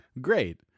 Great